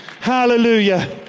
Hallelujah